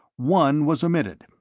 one was omitted.